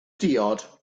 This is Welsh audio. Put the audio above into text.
diod